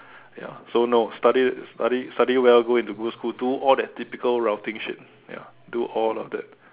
ya so no study study study well go into good school do all that typical routing shit ya do all of that